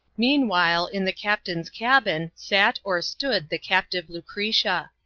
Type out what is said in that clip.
meanwhile in the captain's cabin sat or stood the captive lucretia.